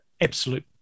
absolute